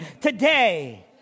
today